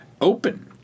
open